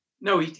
No